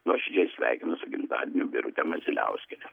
nuoširdžiai sveikinu su gimtadieniu birutę masiliauskienę